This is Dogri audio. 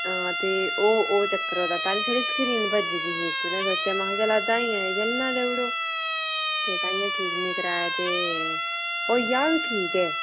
फ्ही केह् होआ जे किश देर बाद न ओह् इ'यां केह् आक्खदे बक्खरियां बक्खरियां लाइटां जेहियां चलन लगी पेइयां ते कोई क्लियर लक्रीन नेईं ही होआ दी ते ओह् चक्कर होए दा ऐ पैह्ले छड़ी सक्रीन भज्जी दी ही ते मीं सोचेआ चला दा ते चलन देओ